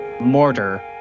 mortar